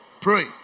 Pray